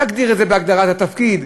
תגדיר את זה בהגדרת התפקיד,